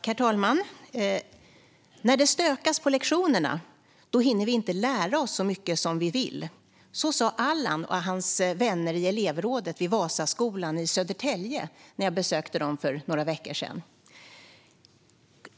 Herr talman! När det stökas på lektionerna hinner vi inte lära oss så mycket som vi vill. Så sa Allan och hans vänner i elevrådet i Wasaskolan i Södertälje när jag besökte den för några veckor sedan.